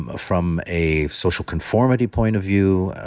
um from a social-conformity point of view.